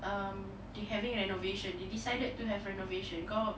um they having renovation they decided to have renovation kau